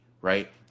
right